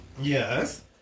Yes